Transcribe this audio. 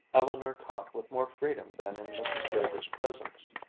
eleanor talked with more freedom than in mrs. draper's presence,